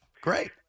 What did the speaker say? Great